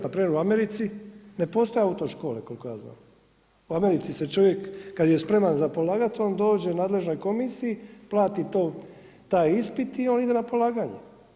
Na primjer u Americi ne postoje autoškole koliko ja znam, u Americi se čovjek kad je spreman za polagan on dođe nadležnoj komisiji, plati taj ispit i on ide na polaganje.